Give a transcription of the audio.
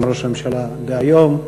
גם ראש הממשלה דהיום,